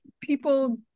people